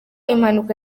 impanuka